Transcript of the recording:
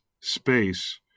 space